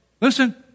listen